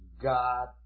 god